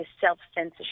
self-censorship